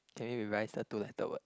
can we revise the two letter word